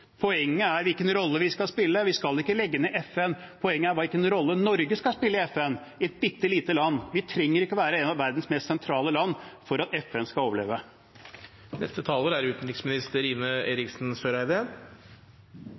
Poenget er hvilken rolle vi skal spille. Vi skal ikke legge ned FN. Poenget er hvilken rolle Norge, et bittelite land, skal spille i FN. Vi trenger ikke å være et av verdens mest sentrale land for at FN skal overleve.